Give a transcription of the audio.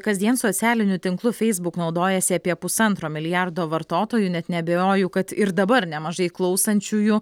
kasdien socialiniu tinklu facebook naudojasi apie pusantro milijardo vartotojų net neabejoju kad ir dabar nemažai klausančiųjų